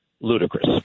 ludicrous